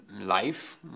Life